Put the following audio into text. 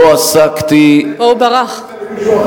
על מישהו אחר.